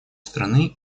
страны